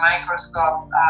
microscope